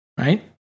right